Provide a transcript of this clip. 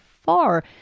far